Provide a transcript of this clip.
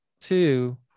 two